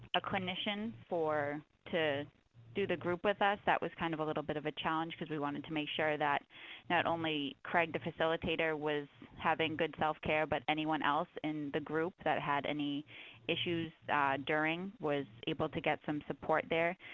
a clinician to do the group with us. that was kind of a little bit of a challenge because we wanted to make sure that not only craig, the facilitator, was having good self-care, but anyone else in the group that had any issues during was able to get some support there.